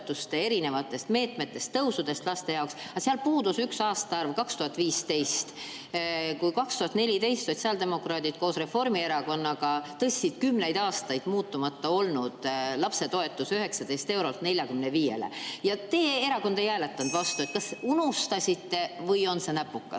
erinevatest meetmetest, tõusudest laste jaoks. Aga seal puudus üks aastaarv – 2015. Kui 2014 sotsiaaldemokraadid koos Reformierakonnaga tõstsid kümneid aastaid muutumata olnud lapsetoetuse 19 eurolt 45‑le ja teie erakond ei hääletanud vastu. Kas unustasite või on see näpukas?